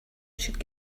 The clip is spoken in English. should